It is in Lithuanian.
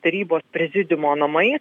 tarybos prezidiumo namais